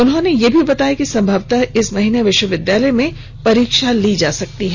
उन्होंने यह भी बताया कि संभवतः इस माह विश्वविद्यालय में परीक्षा ली जा सकती है